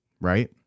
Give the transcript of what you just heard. right